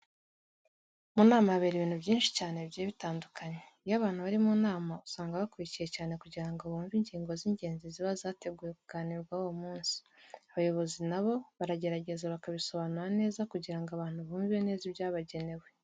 Mu nama habera ibintu byinshi cyane bigiye bitandukanye. Iyo abantu bari mu nama usanga bakurikiye cyane kugira ngo bumve ingingo z'ingenzi ziba zateguwe kuganirwaho uwo munsi. Abayobzi na bo baragerageza bakabisobanura neza kugira ngo abantu bumve neza ibyabagenewe.